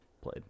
played